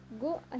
Go